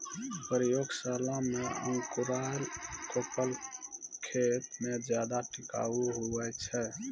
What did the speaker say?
प्रयोगशाला मे अंकुराएल कोपल खेत मे ज्यादा टिकाऊ हुवै छै